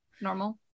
normal